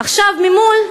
עכשיו, ממול,